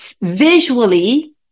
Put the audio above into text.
Visually